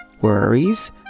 worries